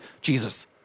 Jesus